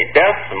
death